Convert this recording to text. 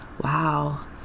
Wow